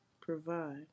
provide